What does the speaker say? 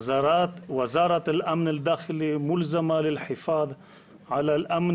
המשרד לביטחון הפנים מחויב לשמירה על הביטחון